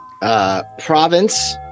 Province